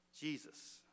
Jesus